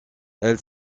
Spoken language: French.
elle